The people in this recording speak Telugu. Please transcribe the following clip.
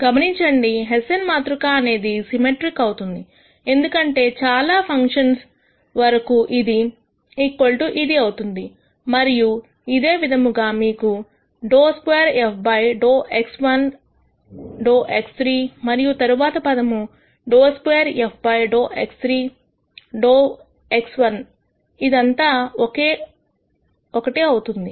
గమనించండి హెస్సేన్ మాతృక అనేది సిమెట్రిక్అవుతుంది ఎందుకంటే చాలా ఫంక్షన్స్ వరకకు ఇది ఇది అవుతుంది మరియు అదే విధముగా మీకు ∂2 f ∂x1 ∂x3 మరియు తరువాత పదము ∂2 f ∂x3 ∂x1 ఇదంతా ఒకటే అవుతుంది